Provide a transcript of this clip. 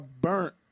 burnt